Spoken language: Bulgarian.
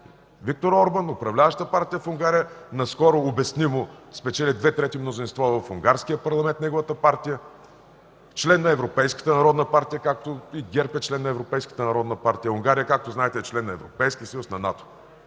Виктор Орбан, управляващата партия в Унгария наскоро обяснимо спечели две трети мнозинство в Унгарския парламент – неговата партия, член на Европейската народна партия, както и ГЕРБ е член на Европейската народна партия. Унгария, както знаете, е член на Европейския съюз, на НАТО